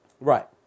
Right